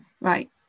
Right